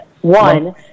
One